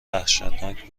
وحشتناک